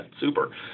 super